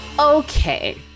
Okay